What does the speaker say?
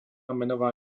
menová